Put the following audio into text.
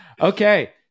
okay